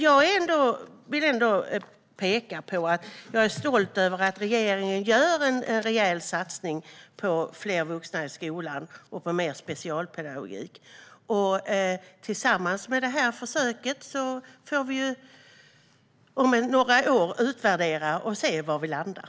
Jag vill ändå påpeka att jag är stolt över att regeringen gör en rejäl satsning på fler vuxna i skolan liksom på mer specialpedagogik. Tillsammans med det här försöket får vi om några år utvärdera det och se var vi landar.